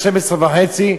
00:30,